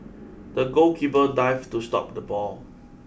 the goalkeeper dived to stop the ball